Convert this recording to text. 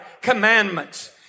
commandments